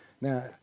Now